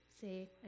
say